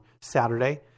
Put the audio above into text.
Saturday